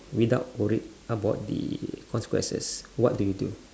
without worried about the consequences what do you do